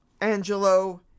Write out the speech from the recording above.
angelo